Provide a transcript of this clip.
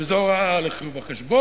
וזו הוראה לחשבון.